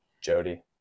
jody